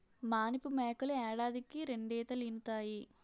మానిపు మేకలు ఏడాదికి రెండీతలీనుతాయి